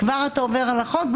עבירה על החוק,